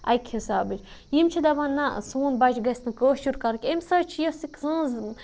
اَکہِ حِسابٕچ یِم چھِ دَپان نہ سون بَچہِ گژھِ نہٕ کٲشُر کَرُن کینٛہہ امہِ سۭتۍ چھِ یُس یہِ سٲنٛز